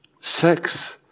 Sex